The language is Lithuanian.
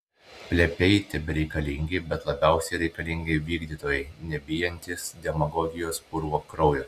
plepiai tebereikalingi bet labiausiai reikalingi vykdytojai nebijantys demagogijos purvo kraujo